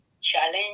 challenge